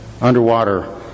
underwater